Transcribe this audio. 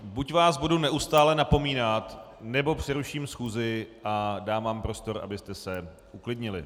Buď vás budu neustále napomínat, nebo přeruším schůzi a dám vám prostor, abyste se uklidnili.